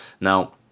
now